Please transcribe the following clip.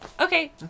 Okay